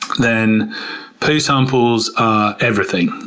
then poo samples are everything.